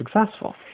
successful